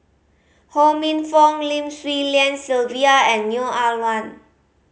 Ho Minfong Lim Swee Lian Sylvia and Neo Ah Luan